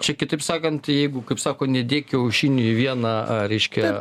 čia kitaip sakant jeigu kaip sako nedėk kiaušinių į vieną reiškia